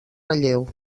relleu